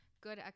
good